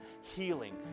Healing